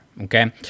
okay